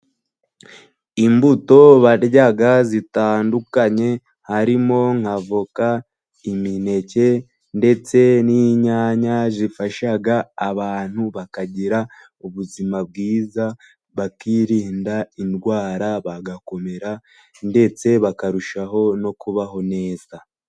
Imbuto barya zitandukanye harimo nk'avoka, imineke ndetse n'inyanya, zifasha abantu bakagira ubuzima bwiza, bakirinda indwara, bagakomera ndetse bakarushaho no kubaho neza.